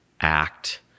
act